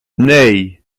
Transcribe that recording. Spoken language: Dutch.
nee